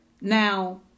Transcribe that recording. Now